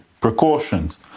precautions